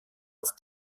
auf